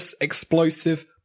explosive